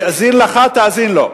זה הוא, זה הוא, האזין לך, תאזין לו.